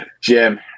Jim